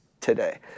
today